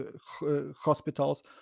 hospitals